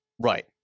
Right